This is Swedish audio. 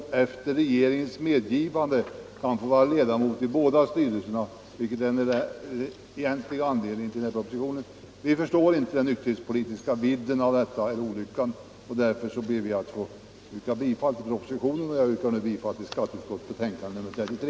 Det är nämligen detta propositionen handlar om. Vi förstår som sagt inte vidden av den olycka som skulle kunna inträffa, och utskottsmajoriteten har tillstyrkt propositionen. Jag ber därför att få yrka bifall till skatteutskottets hemställan i betänkandet nr 33.